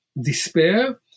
despair